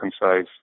concise